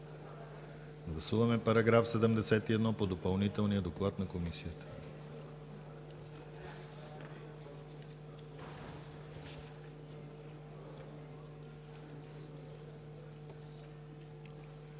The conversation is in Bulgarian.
Гласуваме § 71 по Допълнителния доклад на Комисията.